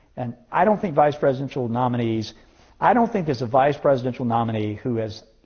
and i don't think vice presidential nominees i don't think there's a vice presidential nominee who has